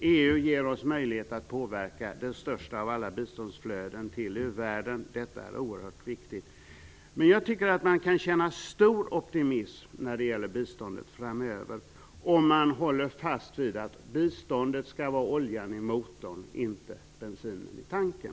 EU ger oss möjlighet att påverka det största av alla biståndsflöden till u-världen. Detta är oerhört viktigt. Jag tycker att man kan känna stor optimism för biståndet framöver om man håller fast vid detta: Biståndet skall vara oljan i motorn, inte bensinen i tanken.